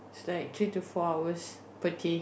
its like three to four hours per day